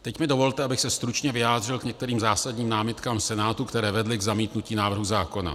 Teď mi dovolte, abych se stručně vyjádřil k některým zásadním námitkám Senátu, které vedly k zamítnutí návrhu zákona.